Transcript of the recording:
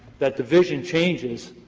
that division changes,